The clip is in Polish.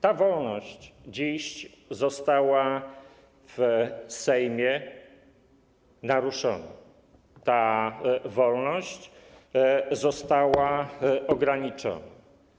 Ta wolność dziś została w Sejmie naruszona, ta wolność została ograniczona.